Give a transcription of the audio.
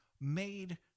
made